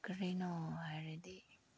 ꯀꯔꯤꯅꯣ ꯍꯥꯏꯔꯗꯤ